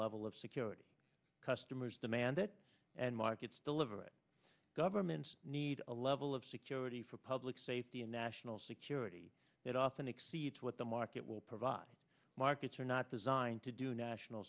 level of security customers demand it and markets deliver it governments need a level of security for public safety and national security that often exceeds what the market will provide markets are not designed to do national